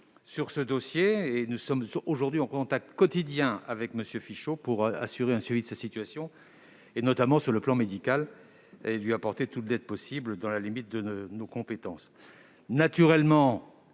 sur ce dossier et nous sommes aujourd'hui en contact quotidien avec ce père de famille pour assurer un suivi de sa situation, notamment sur le plan médical, et lui apporter toute l'aide possible dans la limite de nos compétences. Naturellement,